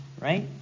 right